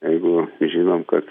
jeigu žinom kad